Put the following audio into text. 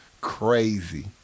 crazy